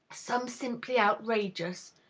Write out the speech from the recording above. some simply outrageous,